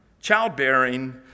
Childbearing